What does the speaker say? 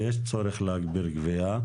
ויש צורך להגביר גבייה,